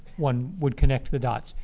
one would connect the dots.